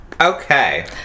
Okay